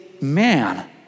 man